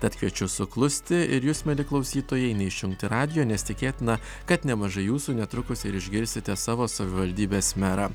tad kviečiu suklusti ir jus mieli klausytojai neišjungti radijo nes tikėtina kad nemažai jūsų netrukus ir išgirsite savo savivaldybės merą